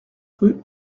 rue